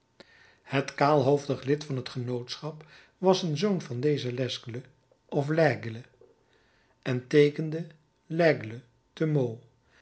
het kaalhoofdig lid van het genootschap was een zoon van dezen lesgle of lègle en teekende lègle de